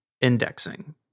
indexing